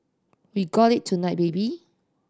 we got it tonight baby